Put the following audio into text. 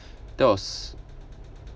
that was